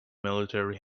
military